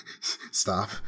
Stop